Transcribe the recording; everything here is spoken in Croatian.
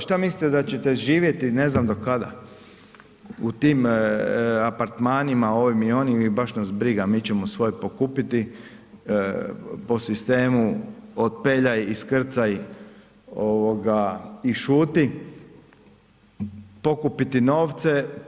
Što mislite da ćete živjeti ne znam do kada u tim apartmanima, ovim i onim i baš nas briga, mi ćemo svoje pokupiti po sistemu otpeljaj, iskrcaj i šuti, pokupiti novce.